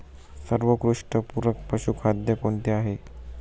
सर्वोत्कृष्ट पूरक पशुखाद्य कोणते आहे?